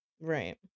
right